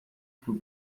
fui